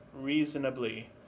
reasonably